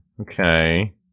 Okay